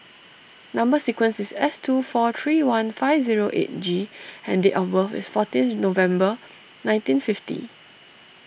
Number Sequence is S two four three one five zero eight G and date of birth is fourteenth November nineteen fifty